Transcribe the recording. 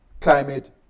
climate